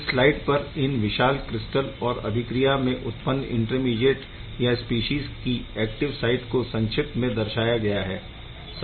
इस स्लाइड पर इन विशाल क्रिस्टल और अभिक्रिया में उत्पन्न इंटरमीडीएट या स्पीशीज़ की एक्टिव साइट को संक्षिप्त में दर्शाया गया है